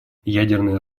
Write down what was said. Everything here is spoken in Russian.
ядерное